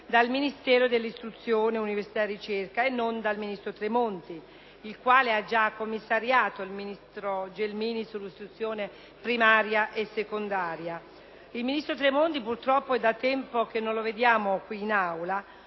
dal Ministero dell’istruzione, dell’universita e della ricerca e non dal ministro Tremonti, il quale ha giacommissariato il ministro Gelmini sull’istruzione primaria e secondaria. Il ministro Tremonti, che purtroppo e da tempo che non vediamo qui in Aula,